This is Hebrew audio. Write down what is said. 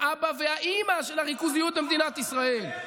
השמאל הסוציאליסטי הוא האבא והאימא של הריכוזיות במדינת ישראל,